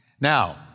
Now